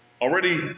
Already